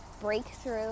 breakthrough